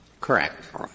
Correct